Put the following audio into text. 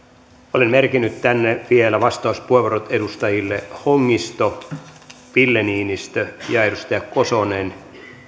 olen merkinnyt tänne vielä vastauspuheenvuorot edustajille hongisto ville niinistö ja kosonen